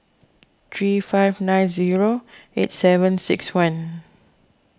three five nine zero eight seven six one